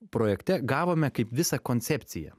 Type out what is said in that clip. projekte gavome kaip visą koncepciją